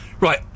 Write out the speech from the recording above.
Right